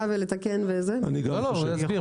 לא, הוא יסביר.